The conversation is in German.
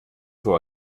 vor